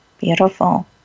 Beautiful